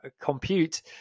compute